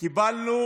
קיבלנו